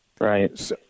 Right